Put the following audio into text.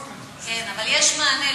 גם.